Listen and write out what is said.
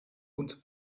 und